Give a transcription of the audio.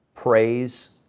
praise